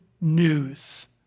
news